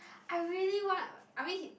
I really want I mean he